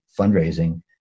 fundraising